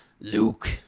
Luke